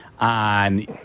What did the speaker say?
on